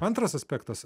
antras aspektas